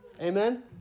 Amen